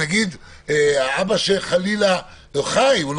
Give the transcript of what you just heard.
נגיד סטודנטים שלומדים בחו"ל או אזרחים שעובדים בחו"ל והם חייבים